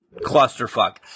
clusterfuck